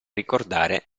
ricordare